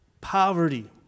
Poverty